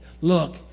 Look